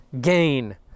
gain